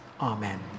Amen